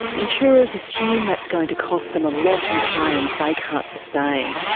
insurers assume that's going to cost them a lot in claims they can't sustain.